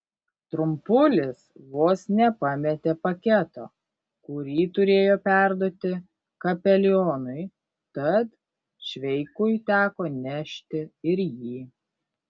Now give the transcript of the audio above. trumpulis vos nepametė paketo kurį turėjo perduoti kapelionui tad šveikui teko nešti ir jį